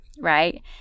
right